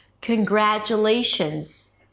congratulations